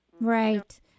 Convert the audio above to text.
Right